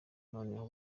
noneho